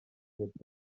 heb